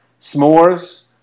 S'mores